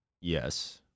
Yes